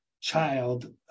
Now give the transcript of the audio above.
child